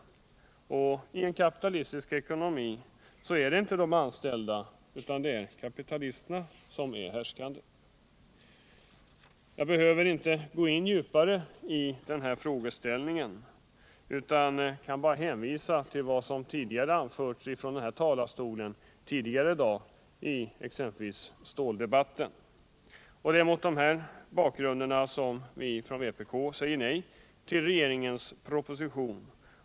Och i en kapitalistisk ekonomi är det inte de anställda utan kapitalisterna som härskar. Jag behöver inte gå in djupare i den här frågeställningen, utan jag kan hänvisa till vad som anförts från den här talarstolen tidigare i dag i exempelvis ståldebatten. Det är mot de här bakgrunderna vi från vpk säger nej till regeringens proposition.